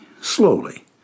slowly